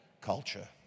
culture